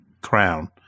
crown